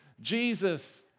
Jesus